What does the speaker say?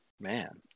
Man